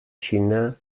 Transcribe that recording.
xina